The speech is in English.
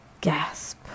gasp